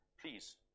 please